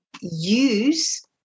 use